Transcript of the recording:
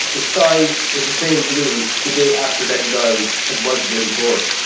the sky with the same blue the day after daddy died as was the day before.